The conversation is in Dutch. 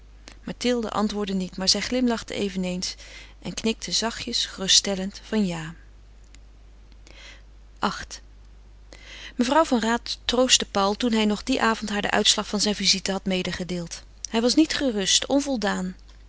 mathilde antwoordde niet maar zij glimlachte eveneens en knikte zachtjes geruststellend van ja viii mevrouw van raat troostte paul toen hij nog dien avond haar den uitslag zijner visite had medegedeeld hij was niet gerust onvoldaan